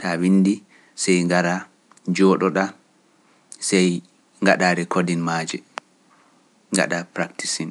ta winndi sey ngara njoɗoɗa sey ngaɗa rekodin maaje, ngaɗa praktisi.